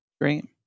Great